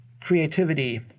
creativity